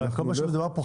אבל בכל זאת מדובר פה,